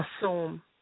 assume